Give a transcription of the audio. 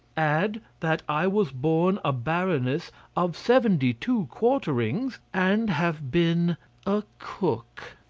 add that i was born a baroness of seventy-two quarterings and have been a cook!